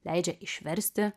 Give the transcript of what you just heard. leidžia išversti